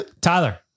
Tyler